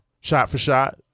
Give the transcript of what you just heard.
shot-for-shot